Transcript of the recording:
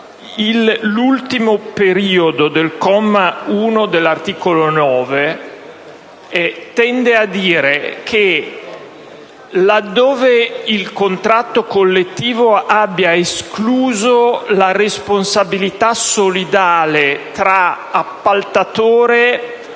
L'ultimo periodo del comma 1 dell'articolo 9 tende a dire che, laddove il contratto collettivo abbia escluso la responsabilità solidale tra appaltatore